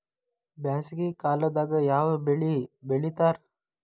ಬ್ಯಾಸಗಿ ಕಾಲದಾಗ ಯಾವ ಬೆಳಿ ಬೆಳಿತಾರ?